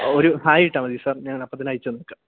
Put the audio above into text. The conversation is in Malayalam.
ഒരു ഹായ് ഇട്ടാല് മതി സാർ ഞാൻ അപ്പോള് തന്നെ അയച്ചു തന്നേക്കാം